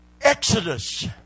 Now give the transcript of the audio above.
Exodus